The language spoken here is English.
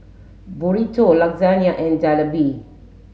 Burrito Lasagna and Jalebi